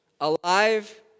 alive